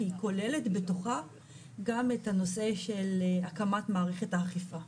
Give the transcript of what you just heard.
היא כוללת בתוכה גם את הנושא של הקמת מערכת האכיפה.